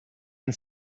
and